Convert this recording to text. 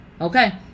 Okay